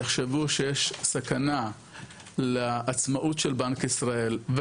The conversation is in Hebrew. יחשבו שיש סכנה לעצמאות של בנק ישראל,